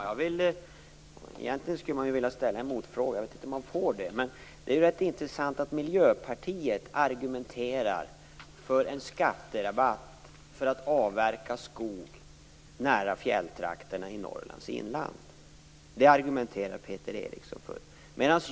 Fru talman! Egentligen skulle jag vilja ställa en motfråga. Jag vet inte om man får det. Det är rätt intressant att Miljöpartiet argumenterar för en skatterabatt för att avverka skog nära fjälltrakterna i Norrlands inland. Det argumenterar Peter Eriksson för.